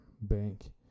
Bank